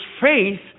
faith